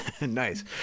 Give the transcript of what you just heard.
Nice